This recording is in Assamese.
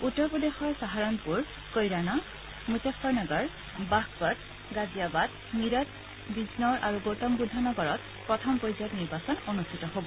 উত্তৰ প্ৰদেশৰ চাহাৰণপুৰ কৈৰাণা মুজাফ্ফ্ৰ নগৰ বাঘপট গাজিয়াবাড মিৰট বিজনৰ আৰু গৌতমবুদ্ধ নগৰত প্ৰথম পৰ্যায়ত নিৰ্বাচন অনুষ্ঠিত হ'ব